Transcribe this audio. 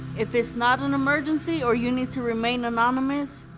if it's not an emergency or you need to remain anonymous,